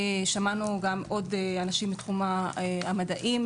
גם שמענו עוד אנשים מתחום המדעים,